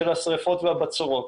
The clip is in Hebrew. של השריפות והבצורות.